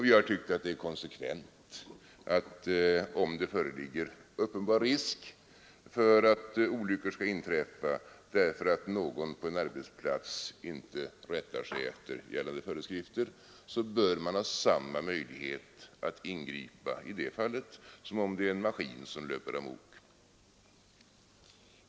Vi har tyckt att det är konsekvent att, om det föreligger uppenbar risk för att olyckor kan inträffa därför att någon på en arbetsplats inte rättar sig efter gällande föreskrifter, man bör ha samma möjlighet att ingripa i det fallet som om en maskin löper amok.